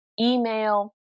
email